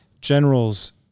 generals